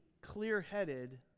clear-headed